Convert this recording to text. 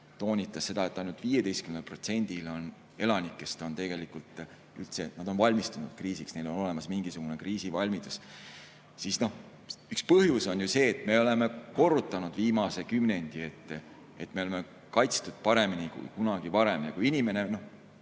toonitas, et ainult 15% elanikest üldse on valmistunud kriisiks, neil on olemas mingisugune kriisivalmidus. Üks põhjus on see, et me oleme korrutanud viimase kümnendi, et me oleme kaitstud paremini kui kunagi varem. Ja inimene